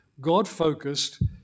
God-focused